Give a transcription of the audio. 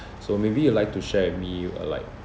so maybe you like to share with me or like